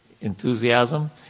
Enthusiasm